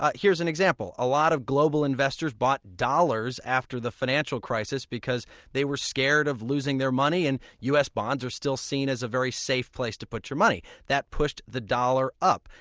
ah here's an example a lot of global investors bought dollars after the financial crisis, because they were scared of losing their money and u s. bonds are still seen as a very safe place to put your money. that pushed the dollar up.